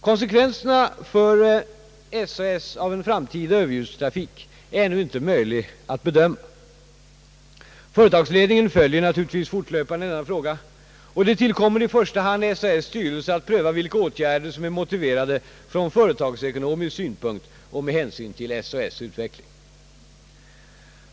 Konsekvenserna för SAS av en framtida överljudstrafik är ännu inte möjliga att bedöma. Företagsledningen följer naturligtvis fortlöpande denna fråga, och det tillkommer i första hand SAS” styrelse att pröva vilka åtgärder som är moti Ang. den civila överljudstrafiken verade från företagsekonomisk synpunkt och med hänsyn till SAS utveckling.